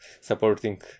supporting